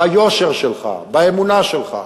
ביושר שלך, באמונה שלך.